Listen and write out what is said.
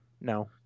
No